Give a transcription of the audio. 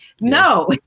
no